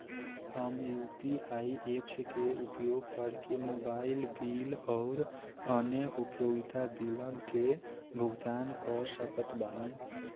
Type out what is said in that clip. हम UPI apps के उपयोग करके मोबाइल बिल आउर अन्य उपयोगिता बिलन के भुगतान कर सकत बानी